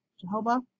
Jehovah